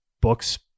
books